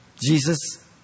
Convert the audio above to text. Jesus